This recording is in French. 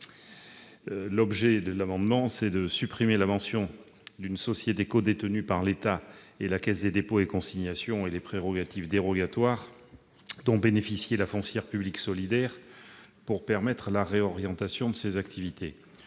L'objet de cet amendement est de supprimer la mention d'une société codétenue par l'État et la Caisse des dépôts et consignations, ainsi que les prérogatives dérogatoires dont bénéficiait la Foncière publique solidaire pour permettre la réorientation de ses activités.